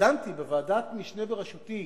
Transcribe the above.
כשדנתי בוועדת משנה בראשותי